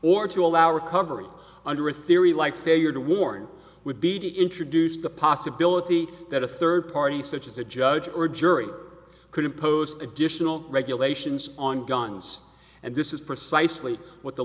or to allow recovery under a theory like failure to warn would be to introduce the possibility that a third party such as a judge or jury could impose additional regulations on guns and this is precisely what the